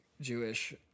Jewish